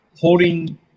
holding